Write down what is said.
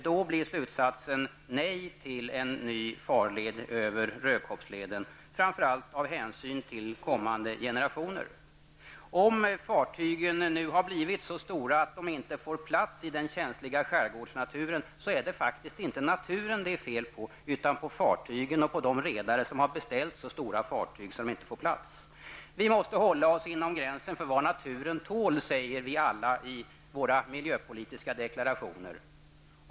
Då blir slutsatsen att vi bör säga nej till en ny farled över Rödkobbsleden, och detta framför allt av hänsyn till kommande generationer. Om fartygen nu har blivit så stora att de inte får plats i den känsliga skärgårdsnaturen är det faktiskt inte naturen det är fel på, utan det är fel på fartygen och det är fel på de redare som har beställt så stora fartyg att de inte får plats. Vi måste hålla oss inom gränsen för vad naturen tål, säger vi alla i våra miljöpolitiska deklarationer.